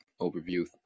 overview